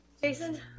Jason